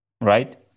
right